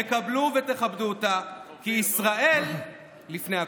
תקבלו ותכבדו אותה, כי ישראל לפני הכול.